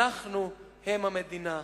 אנחנו המדינה.